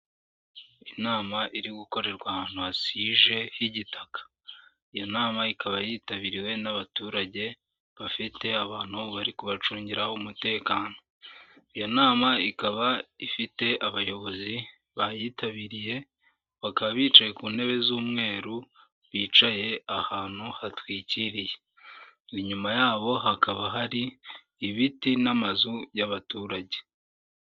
Inama iri gukorerwa ahantu hasije h'igitaka, iyo nama ikaba yitabiriwe n'abaturage bafite abantu bari kubacungira umutekano, iyo nama ikaba ifite abayobozi bayitabiriye bakaba bicaye ku ntebe z'umweru bicaye ahantu hatwikiriye, inyuma yabo hakaba hari ibiti n'amazu y'abaturage.